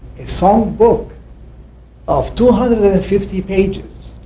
a song book of two hundred and fifty pages,